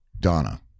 donna